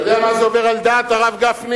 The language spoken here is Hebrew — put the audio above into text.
אתה יודע מה זה עובר על דעת, הרב גפני?